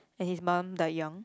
and his mum died young